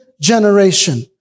generation